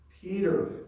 Peter